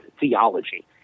theology